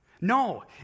No